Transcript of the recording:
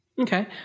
Okay